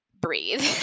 breathe